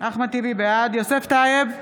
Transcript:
בעד יוסף טייב,